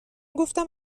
گفتم